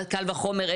קל וחומר,